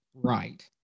right